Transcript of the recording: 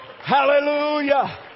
Hallelujah